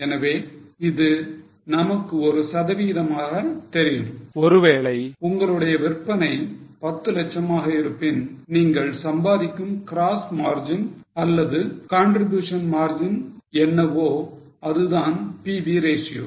எனவே இது நமக்கு ஒரு சதவிகிதமாக தெரியும் ஒருவேளை உங்களுடைய விற்பனை 10 லட்சமாக இருப்பின் நீங்கள் சம்பாதிக்கும் gross margin அல்லது contribution margin என்னவோ அதுதான் PV ratio